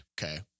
okay